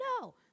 No